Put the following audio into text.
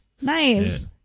Nice